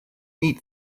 eat